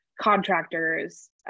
contractors